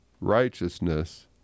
righteousness